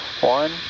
one